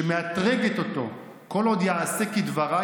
שמאתרגת אותו כל עוד יעשה כדברה,